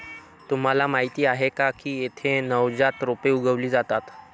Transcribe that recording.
तुम्हाला माहीत आहे का की येथे नवजात रोपे उगवली जातात